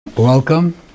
Welcome